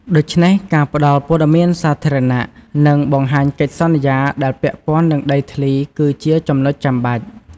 ដូច្នេះការផ្ដល់ព័ត៌មានសាធារណៈ និងបង្ហាញកិច្ចសន្យាដែលពាក់ព័ន្ធនឹងដីធ្លីគឺជាចំណុចចាំបាច់។